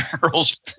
barrels